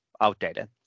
outdated